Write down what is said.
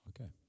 Okay